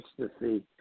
ecstasy